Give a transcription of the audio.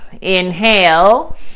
inhale